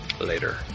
later